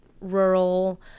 rural